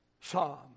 psalm